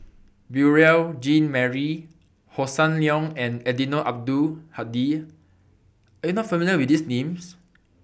Beurel Jean Marie Hossan Leong and Eddino Abdul Hadi Are YOU not familiar with These Names